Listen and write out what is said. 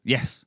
Yes